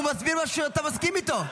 הוא מסביר משהו שאתה מסכים איתו.